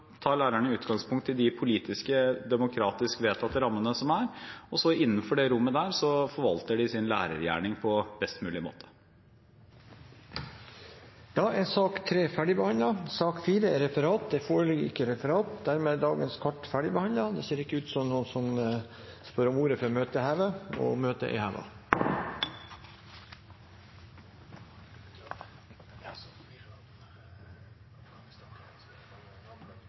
lærerne utgangspunkt i de politiske demokratisk vedtatte rammene som er, og innenfor det rommet forvalter de sin lærergjerning på best mulig måte. Da er den ordinære spørretimen omme. Det foreligger ikke noe referat. Dermed er dagens kart ferdigbehandlet. Det ser ikke ut som om noen ber om ordet før møtet